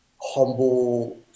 humble